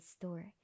store